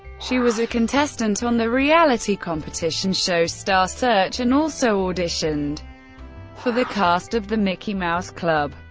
she was a contestant on the reality competition show star search and also auditioned for the cast of the mickey mouse club.